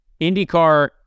IndyCar